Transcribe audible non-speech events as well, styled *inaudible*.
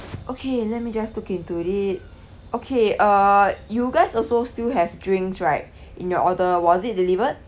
okay let me just look into it okay uh you guys also still have drinks right *breath* in your order was it delivered